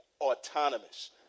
autonomous